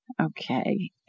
Okay